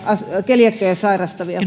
keliakiaa sairastavia